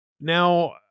Now